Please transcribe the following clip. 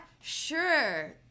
Sure